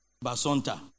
basanta